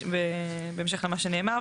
בהמשך למה שנאמר.